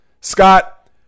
Scott